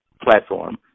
platform